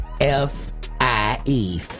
F-I-E